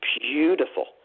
beautiful